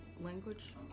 language